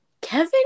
Kevin